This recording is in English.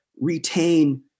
retain